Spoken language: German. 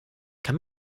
kann